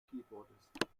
keyboardist